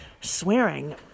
swearing